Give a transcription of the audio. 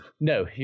No